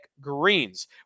Greens